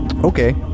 Okay